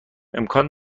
امکان